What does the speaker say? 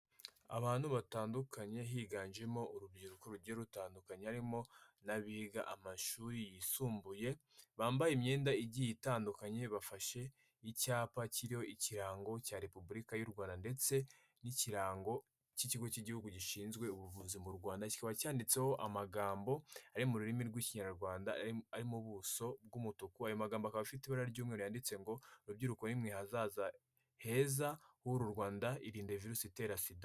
Abantu batandukanye higanjemo urubyiruko rugiye rutandukanye harimo n'abiga amashuri yisumbuye bambaye imyenda igiye itandukanye bafashe icyapa kiriho ikirango cya repubulika y'u Rwanda ndetse n'ikirango cy'ikigo cy'igihugu gishinzwe ubuvuzi mu Rwanda cyikaba cyanditseho amagambo ari mu rurimi rw'ikinyarwanda ari m’ubuso bw'umutuku ayo magambo akaba afite ibara ry'umweru yanditseho ngo rubyiruko nimwe ejo hazaza heza h’uru Rwanda irinde virusi itera sida.